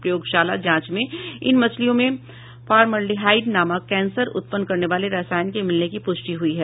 प्रयोगशाला जांच में इन मछलियों में फारमल्डिहाइड नामक कैंसर उत्पन्न करने वाले रसायन के मिलने की पुष्टि हुई है